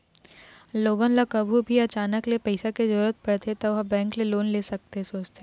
लोगन ल कभू भी अचानके ले पइसा के जरूरत परथे त ओ ह बेंक ले लोन ले के सोचथे